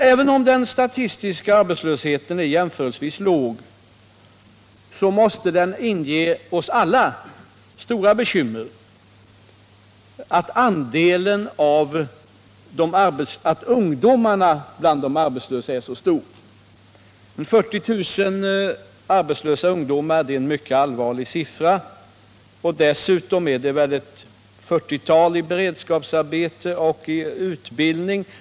Även om den statistiska arbetslösheten är jämförelsevis låg måste det inge oss alla stora bekymmer att andelen ungdomar bland de arbetslösa är så stor. 40 000 arbetslösa ungdomar är en mycket allvarlig siffra. Dessutom är väl ca 40 000 i beredskapsarbete och utbildning.